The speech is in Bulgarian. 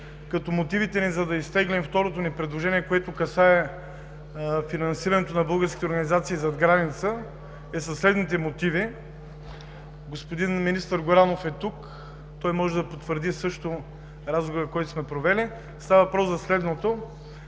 като мотивите ни да изтеглим второто ни предложение, което касае финансирането на българските организации зад граница, е със следните мотиви: Господин министър Горанов е тук. Той може да потвърди също разговора, който сме провели. Става въпрос за следното.